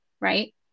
right